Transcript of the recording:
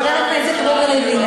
חבר הכנסת רובי ריבלין,